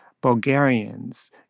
Bulgarians